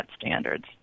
standards